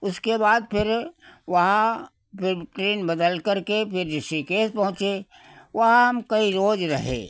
उसके बाद फिर वहाँ फिर ट्रेन बदल करके फिर ऋषिकेश पहुंचे वहाँ हम कई रोज़ रहे